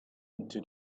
into